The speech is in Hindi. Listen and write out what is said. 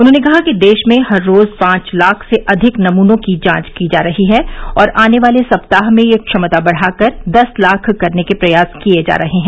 उन्होंने कहा कि देश में हर रोज पांच लाख से अधिक नमूनों की जांच की जा रही है और आने वाले सप्ताह में यह क्षमता बढ़ाकर दस लाख करने के प्रयास किये जा रहे है